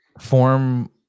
Form